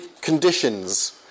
conditions